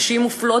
נשים מופלות,